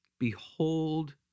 behold